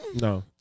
No